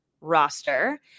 roster